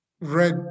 red